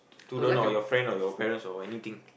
student or your friend or your parents or anything